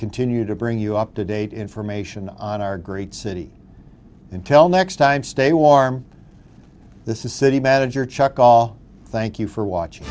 continue to bring you up to date information on our great city until next time stay warm this is city manager chuck all thank you for watching